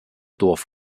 dorf